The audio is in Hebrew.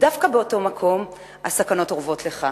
ודווקא באותו מקום הסכנות אורבות לך.